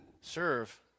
serve